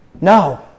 No